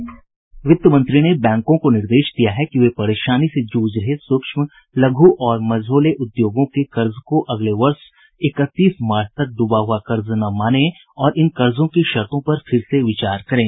वहीं वित्त मंत्री ने बैंकों को निर्देश दिया है कि वे परेशानी से जूझ रहे सूक्ष्म लघु और मझोले उद्योगों के कर्ज को अगले वर्ष इकतीस मार्च तक ड्रबा हुआ कर्ज न मानें और इन कर्जों की शर्तो पर फिर से विचार करें